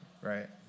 right